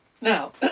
Now